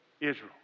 Israel